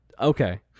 Okay